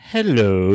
Hello